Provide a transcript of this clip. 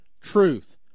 Truth